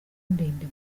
ndende